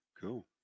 Cool